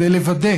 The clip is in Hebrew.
כדי לוודא